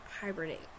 hibernate